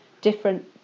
different